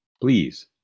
Please